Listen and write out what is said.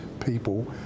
people